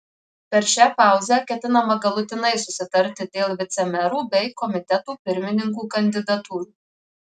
per šią pauzę ketinama galutinai susitarti dėl vicemerų bei komitetų pirmininkų kandidatūrų